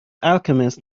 alchemist